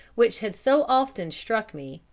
which had so often struck me,